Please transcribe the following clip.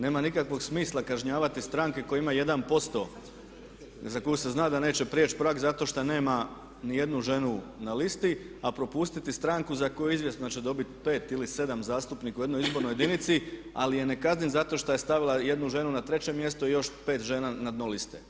Nema nikakvog smisla kažnjavati stranke koje imaju 1% za koju se zna da neće preći prag zato što nema niti jednu ženu na listi a propustiti stranku za koju je izvjesno da će dobiti 5 ili 7 zastupnika u jednoj izbornoj jedinici ali je ne kazniti zato što je stavila jednu ženu na 3. mjesto i još 5. žena na dno liste.